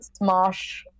Smosh